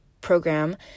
program